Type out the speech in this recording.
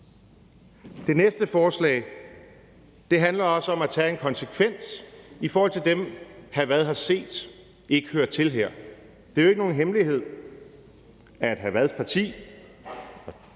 Det næste forslag handler også om at tage en konsekvens i forhold til dem, hr. Frederik Vad har set ikke hører til her. Det er jo ikke nogen hemmelighed, at hr.